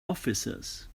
officers